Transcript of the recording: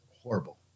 horrible